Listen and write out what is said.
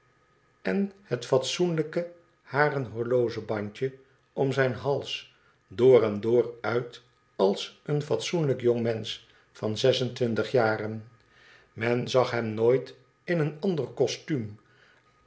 en het fatsoenlijke haren horlogebandje om zijn hals door en door uit als een fatsoenlijk jongmensch van zes en twintig jaren men zag hem nooit in een ander costuum